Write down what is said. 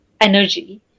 energy